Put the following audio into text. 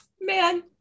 man